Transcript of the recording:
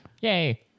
yay